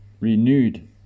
Renewed